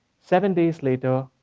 seven days later,